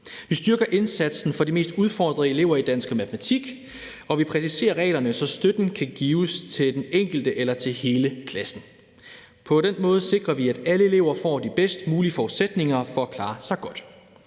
Vi styrker indsatsen for de mest udfordrede elever i dansk og matematik, og vi præciserer reglerne, så støtten kan gives til den enkelte eller til hele klassen. På den måde sikrer vi, at alle elever får de bedst mulige forudsætninger for at klare sig godt.